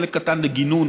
חלק קטן לגינון